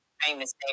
famous